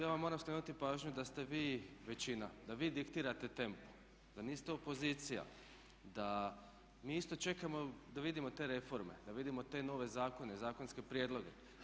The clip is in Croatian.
Ja vam moram skrenuti pažnju da ste vi većina, da vi diktirate tempo, da niste opozicija, da mi isto čekamo da vidimo te reforme, da vidimo te nove zakone, zakonske prijedloge.